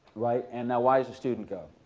right? and now why does the student go?